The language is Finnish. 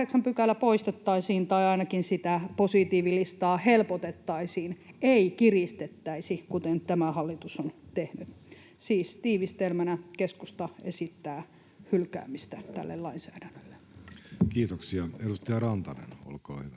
8 § poistettaisiin tai ainakin sitä positiivilistaa helpotettaisiin, ei kiristettäisi, kuten tämä hallitus on tehnyt. Siis tiivistelmänä: keskusta esittää hylkäämistä tälle lainsäädännölle. Kiitoksia. — Edustaja Rantanen, olkaa hyvä.